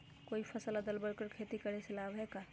कोई फसल अदल बदल कर के खेती करे से लाभ है का?